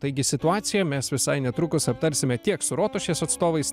taigi situaciją mes visai netrukus aptarsime tiek su rotušės atstovais